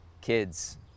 kids